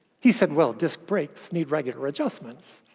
he said, well, disk breaks need regular adjustments.